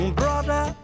brother